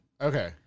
Okay